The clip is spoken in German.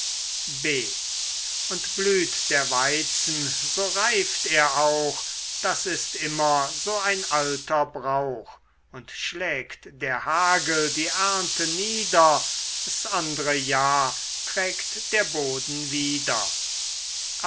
b und blüht der weizen so reift er auch das ist immer so ein alter brauch und schlägt der hagel die ernte nieder s andre jahr trägt der boden wieder